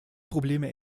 probleme